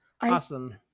awesome